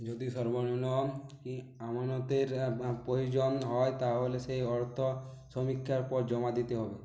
যদি সর্বনিম্ন ই আমানতের প্রয়োজন হয় তাহলে সেই অর্থ সমীক্ষার পর জমা দিতে হবে